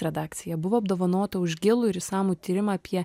redakcija buvo apdovanota už gilų ir išsamų tyrimą apie